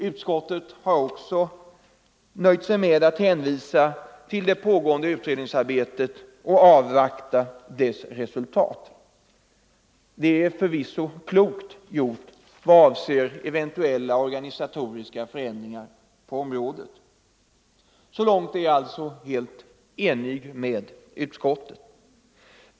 Utskottet har nöjt sig med att hänvisa till det pågående utredningsarbetet och avvakta dess resultat. Detta är förvisso klokt vad avser eventuella organisatoriska förändringar på området. Så långt är jag alltså helt överens med utskottet.